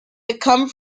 become